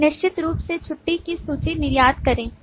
और निश्चित रूप से छुट्टी की सूची निर्यात करें